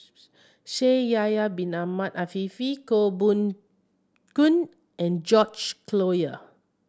Shaikh Yahya Bin Ahmed Afifi Koh Poh Koon and George Collyer